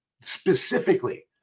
specifically